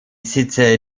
sitze